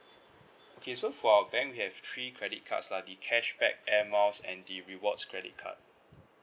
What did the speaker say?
okay so for our bank we have three credit cards lah the cashback air miles and the rewards credit card